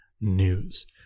news